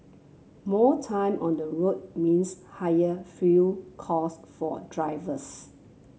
more time on the road means higher fuel cost for drivers